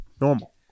normal